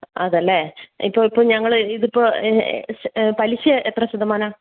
അതെയല്ലേ ഇപ്പോൾ ഇപ്പം ഞങ്ങൾ ഇതിപ്പോൾ പലിശ എത്ര ശതമാനമാ